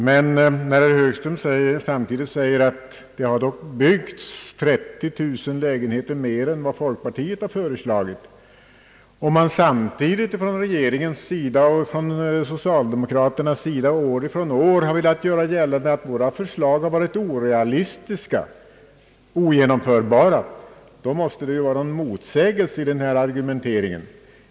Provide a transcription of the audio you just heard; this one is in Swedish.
Men när herr Högström samtidigt säger att det dock har byggts 30 000 lägenheter mer än vad folkpartiet har föreslagit, och när regeringen och socialdemokraterna varje år har velat göra gällande att våra förslag varit orealistiska och ogenomförbara, då verkar argumenteringen motsägelsefull.